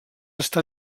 està